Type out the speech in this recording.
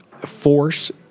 force